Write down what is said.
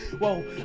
Whoa